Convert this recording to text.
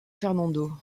fernando